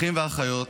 אחים ואחיות,